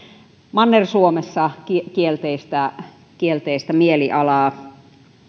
manner suomessa kielteistä kielteistä mielialaa